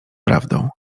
prawdą